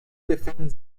befinden